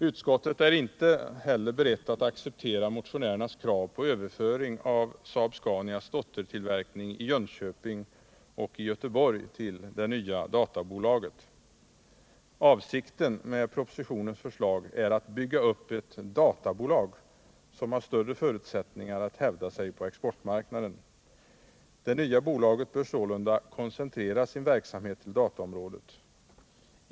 Utskottet är inte heller berett att acceptera motionärernas krav på över föring av Saab-Scanias dottertillverkning i Jönköping och i Göteborg till det nya databolaget. Avsikten med propositionens förslag är att bygga upp ett databolag som har större förutsättningar att hävda sig på exportmarknaden. Det nya bolaget bör sålunda koncentrera sin verksamhet till dataområdet.